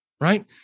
Right